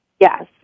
Yes